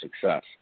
success